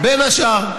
בין השאר.